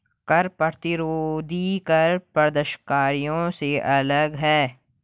कर प्रतिरोधी कर प्रदर्शनकारियों से अलग हैं